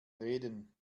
reden